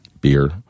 beer